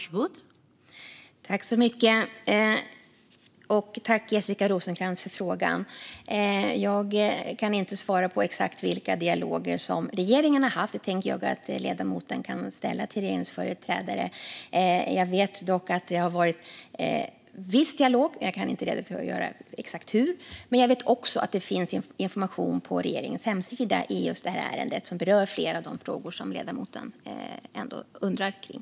Fru talman! Tack, Jessica Rosencrantz, för frågan! Jag kan inte svara på exakt vilken dialog som regeringen har haft. Det får nog ledamoten fråga regeringsföreträdare om. Jag vet dock att viss dialog har förekommit, men jag kan inte redogöra exakt för det. Det finns information på regeringens hemsida om just detta ärende, och där berörs flera av de frågor som ledamoten undrar om.